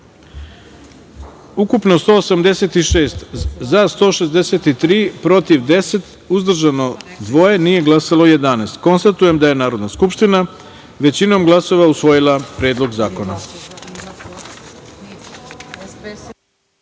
ukupno – 186, za – 163, protiv – 10, uzdržana – dva, nije glasalo – 11.Konstatujem da je Narodna skupština, većinom glasova, usvojila Predlog zakona.4.